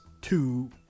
two